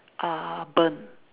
uh burn